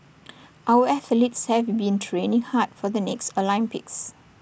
our athletes have been training hard for the next Olympics